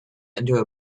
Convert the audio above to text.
into